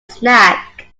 snack